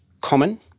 common